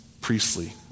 priestly